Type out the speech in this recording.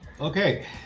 Okay